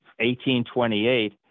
1828